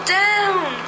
down